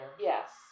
Yes